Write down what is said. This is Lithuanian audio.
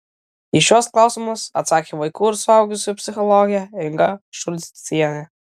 į šiuos klausimus atsakė vaikų ir suaugusiųjų psichologė inga šulcienė